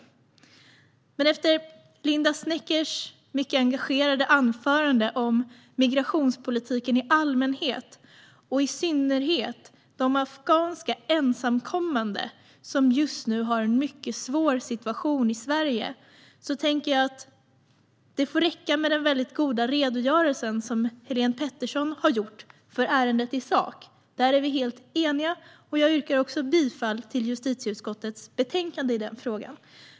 Men efter Linda Sneckers mycket engagerade anförande om migrationspolitiken i allmänhet och om de afghanska ensamkommande barnen och unga i synnerhet, som just nu har en mycket svår situation i Sverige, tänkte jag att det får räcka med den mycket goda redogörelsen som Helene Petersson har gjort för ärendet i sak, där vi är helt eniga. Jag yrkar också bifall till förslaget i justitieutskottets betänkande i denna fråga.